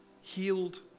healed